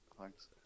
thanks